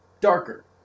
Darker